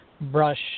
brush